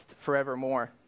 forevermore